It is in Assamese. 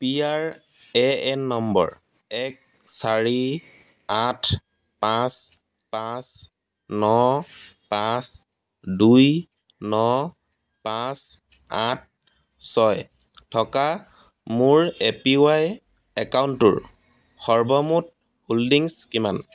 পি আৰ এ এন নম্বৰ এক চাৰি আঠ পাঁচ পাঁচ ন পাঁচ দুই ন পাঁচ আঠ ছয় থকা মোৰ এ পি ৱাই একাউণ্টটোৰ সৰ্বমুঠ হোল্ডিংছ কিমান